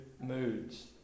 moods